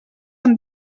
amb